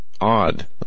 odd